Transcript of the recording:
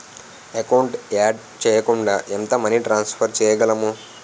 Account add చేయకుండా ఎంత money transfer చేయగలము?